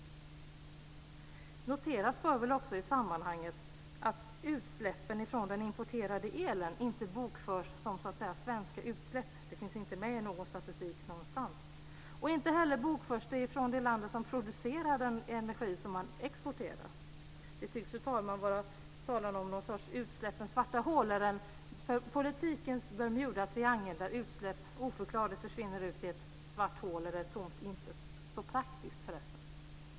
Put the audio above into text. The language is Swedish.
Noteras bör väl också i sammanhanget att utsläppen från den importerade elen inte bokförs som svenska utsläpp. De finns inte med i någon statistik någonstans. Inte heller bokförs de i det land som producerar den energi som man exporterar. Det tycks, fru talman, vara frågan om någon sorts utsläppens svarta hål eller en politikens Bermudatriangel där utsläpp oförklarligt försvinner ut i ett svart hål eller ett tomt intet - så praktiskt förresten.